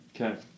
Okay